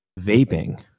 vaping